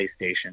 PlayStation